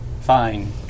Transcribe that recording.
Fine